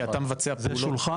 כי אתה מבצע פעולות,